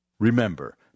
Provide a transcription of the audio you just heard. Remember